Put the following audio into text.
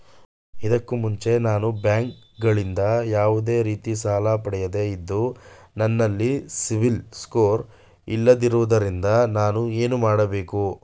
ಇದಕ್ಕೂ ಮುಂಚೆ ನಾನು ಬ್ಯಾಂಕ್ ಗಳಿಂದ ಯಾವುದೇ ರೀತಿ ಸಾಲ ಪಡೆಯದೇ ಇದ್ದು, ನನಲ್ಲಿ ಸಿಬಿಲ್ ಸ್ಕೋರ್ ಇಲ್ಲದಿರುವುದರಿಂದ ನಾನು ಏನು ಮಾಡಬೇಕು?